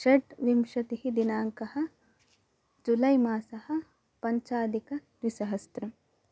षड्विंशतिः दिनाङ्कः जुलै मासः पञ्चाधिकद्विसहस्त्रम्